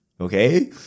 okay